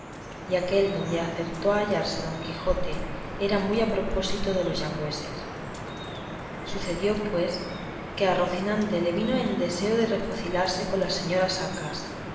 y aquel donde acertó a hallarse don quijote era muy a propósito de los gallegos sucedió pues que a rocinante le vino en deseo de refocilarse con las señoras facas